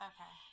Okay